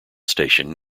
station